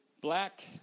black